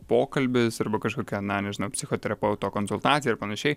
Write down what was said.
pokalbis arba kažkokia na nežinau psichoterapeuto konsultacija ir panašiai